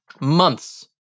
months